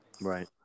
Right